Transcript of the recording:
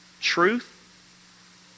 truth